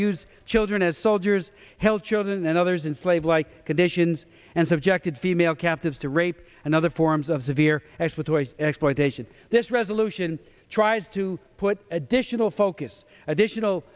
use children as soldiers held children and others in slave like conditions and subjected female captives to rape and other forms of severe as for toys exploitation this resolution tries to put additional focus additional